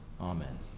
Amen